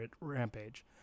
rampage